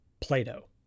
Plato